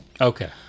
Okay